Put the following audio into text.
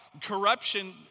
corruption